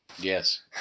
Yes